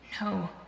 No